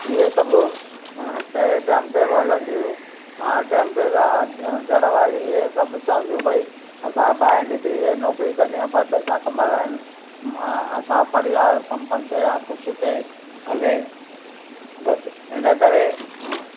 इहे सभु पहिरें टाइम ते बि हलंदियूं हुयूं हाणे टाइम ते त घरवारीअ इहे सभु चवंदियूं भई असां ॿाहिरि निकिरी करे नौकिरी करिणी आहे ॿ पैसा कमाइणा आहिनि मां असां परिवार सपन्न थिए या ख़ुशि थिए हले बसि इन करे